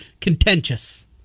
contentious